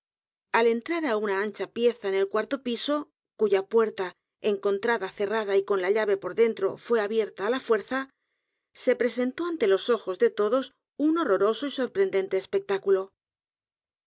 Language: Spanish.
al entrar á una ancha pieza en el cuarto piso cuya puerta encontrada cerrada y con la llave por dentro fué abierta á la fuerza se presentó ante los ojos de todos un horroroso y sorprendente espectáculo